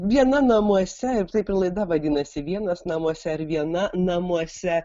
viena namuose ir taip ir laida vadinasi vienas namuose ar viena namuose